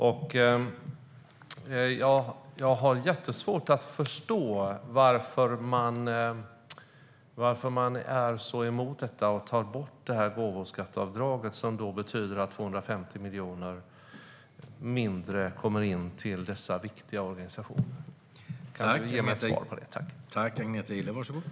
Jag har jättesvårt att förstå varför man är så emot detta och därför tar bort gåvoskatteavdraget, som betyder att 250 miljoner mindre kommer in till dessa viktiga organisationer. Kan Agneta Gille ge mig ett svar på det?